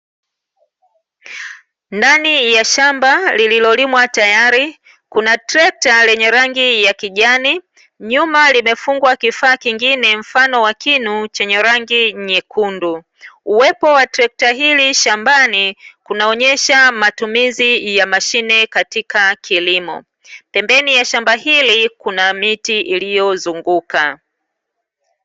Ndani ya shamba lililolimwa tayari kuna trekta lenye rangi ya kijani nyuma limefungwa kifaa kingine mfano wa kinu chenye rangi nyekundu, uwepo wa trekta hili shambani kunaonyesha matumizi ya mashine katika kilimo, pembeni ya shamba hili kuna miti iliyozunguka.